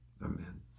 Amen